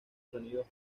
sonidos